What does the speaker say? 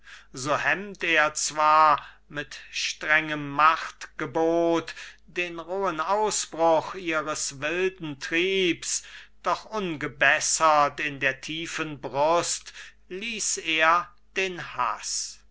so hemmt er zwar mit strengem machtgebot den rohen ausbruch ihres wilden triebs doch ungebessert in der tiefen brust ließ er den haß der